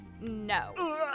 no